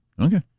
okay